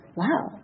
wow